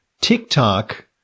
TikTok